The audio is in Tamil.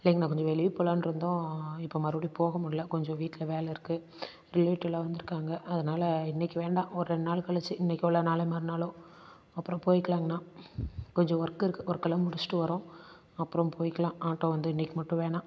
இல்லைங்க அண்ணா கொஞ்சம் வெளியே போலாம்ன்ருந்தோம் இப்போ மறுபடி போக முடியல கொஞ்சம் வீட்டுல வேலை இருக்குது ரிலேடிவ்லாம் வந்திருக்காங்க அதனால இன்னைக்கு வேண்டாம் ஒரு ரெண்டு நாள் கழிச்சு இன்றைக்கோ இல்லை நாளை மறுநாளோ அப்புறம் போய்க்கலாங்கண்ணா கொஞ்சம் ஒர்க் இருக்குது ஒர்க்கலாம் முடிச்சிட்டு வர்றோம் அப்புறம் போய்க்கலாம் ஆட்டோ வந்து இன்னைக்கு மட்டும் வேணாம்